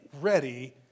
ready